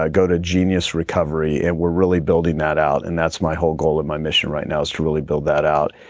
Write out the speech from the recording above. ah go to genius recovery. and we're really building that out and that's my whole goal and my mission right now is to really build that out.